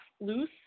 loose